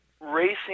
racing